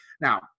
Now